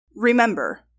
Remember